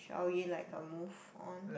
shall we like a move on